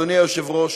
אדוני היושב-ראש,